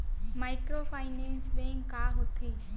Microfinance bank का होथे?